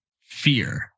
fear